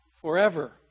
forever